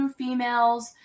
females